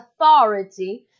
authority